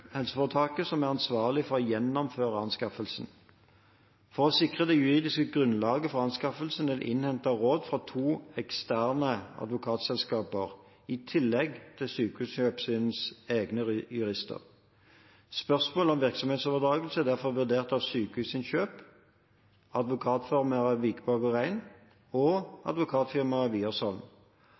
som er ansvarlig for å gjennomføre anskaffelsen. For å sikre det juridiske grunnlaget for anskaffelsen er det innhentet råd fra to eksterne advokatselskaper i tillegg til Sykehusinnkjøp HFs egne jurister. Spørsmålet om virksomhetsoverdragelse er derfor vurdert av Sykehusinnkjøp HF, advokatfirmaet Wikborg Rein og advokatfirmaet